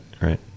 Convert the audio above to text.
right